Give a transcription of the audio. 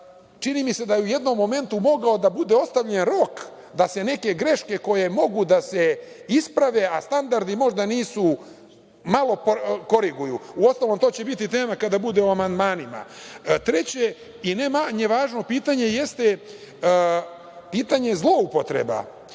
čini mi se da je u jednom momentu mogao da bude ostavljen rok da se neke greške koje mogu da se isprave, a standardi možda nisu, malo koriguju. Uostalom, to će biti tema kada bude o amandmanima. Treće pitanje, ne manje važno, jeste pitanje zloupotreba